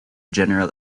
general